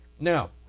now